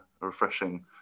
refreshing